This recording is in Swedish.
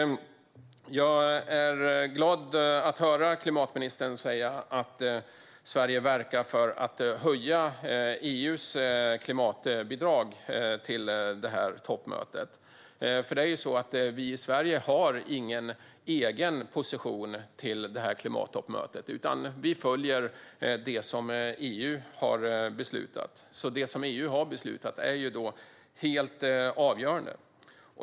Jag är glad att klimatministern säger att Sverige verkar för att höja EU:s klimatbidrag till toppmötet. Vi i Sverige har nämligen ingen egen position till det här klimattoppmötet, utan vi följer det som EU har beslutat. Det är alltså helt avgörande.